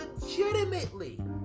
legitimately